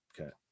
Okay